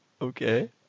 okay